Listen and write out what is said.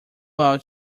out